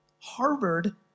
Harvard